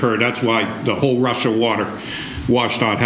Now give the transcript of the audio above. ed that's why the whole russia water washed o